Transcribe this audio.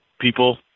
people